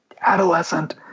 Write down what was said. adolescent